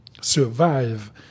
survive